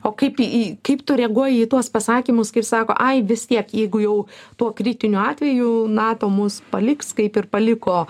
o kaip į kaip tu reaguoji į tuos pasakymus kaip sako ai vis tiek jeigu jau tuo kritiniu atveju nato mus paliks kaip ir paliko